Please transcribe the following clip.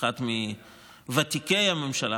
כאחד מוותיקי הממשלה,